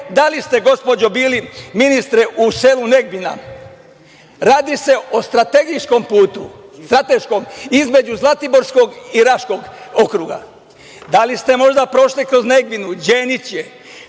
li ste, gospođo ministre, bili u selu Negbina? Radi se o strateškom putu između Zlatiborskog i Raškog okruga. Da li ste možda prošli kroz Negvinu, Đeniće,